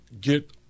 get